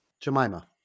Jemima